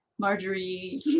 Marjorie